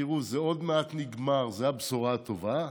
תראו, זה עוד מעט נגמר, זאת הבשורה הטובה.